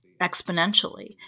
exponentially